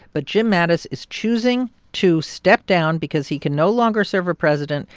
but jim mattis is choosing to step down because he can no longer serve a president,